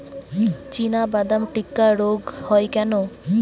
চিনাবাদাম টিক্কা রোগ হয় কেন?